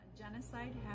Genocide